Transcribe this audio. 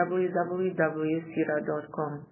www.sira.com